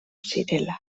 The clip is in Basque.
zirela